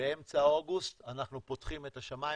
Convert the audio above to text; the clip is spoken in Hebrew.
שבאמצע אוגוסט אנחנו פותחים את השמיים